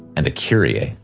and the kyrie.